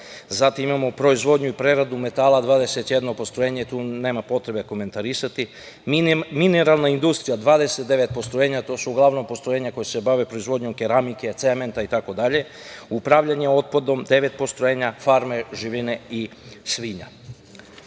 Zatim imamo proizvodnju i preradu metala – 21 postrojenje. Tu nema potrebe komentarisati. Mineralna industrija – 29 postrojenja, i to su uglavnom postrojenja koja se bave proizvodnjom keramike, cementa itd. Upravljanje otpadom – devet postrojenja, farme živine i svinja. Do